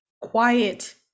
quiet